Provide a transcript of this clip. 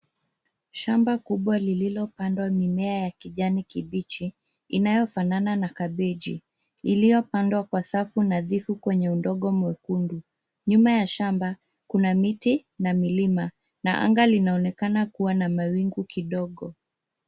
Shamba kubwa lililopandwa mimea ya kijani kibichi inayofanana na kabiji, iliyopandwa kwa safu nadhifu kwenye udongo mwekundu. Nyuma ya shamba kuna miti na milima na anga linaonekana kuwa na mawingu kidogo.